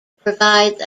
provides